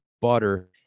butter